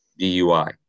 DUI